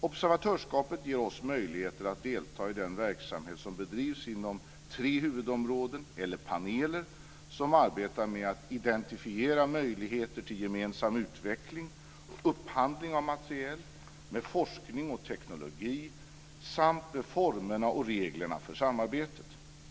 Observatörskapet ger oss möjligheter att delta i den verksamhet som bedrivs inom tre huvudområden eller paneler som arbetar med att identifiera möjligheter till gemensam utveckling och upphandling av materiel, med forskning och teknologi samt med formerna och reglerna för samarbetet.